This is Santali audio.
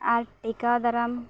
ᱟᱨ ᱴᱮᱠᱟᱣ ᱫᱟᱨᱟᱢ